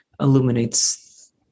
illuminates